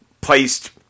Placed